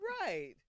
right